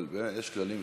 אבל יש כללים,